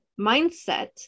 mindset